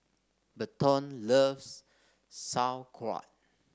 Burton loves Sauerkraut